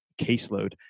caseload